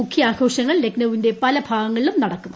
മുഖ്യ ആഘോഷങ്ങൾ ലക്നൌവിന്റെ പല ഭാഗങ്ങളിലും നടക്കും